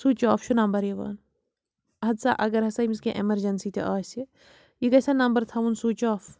switch off چھُ number یِوان اہن سا اگر ہَسا أمِس کیٚنٛہہ ایٚمرجنسی تہِ آسہِ یہِ گَژھیٛا نَمبر تھاوُن سُچ آف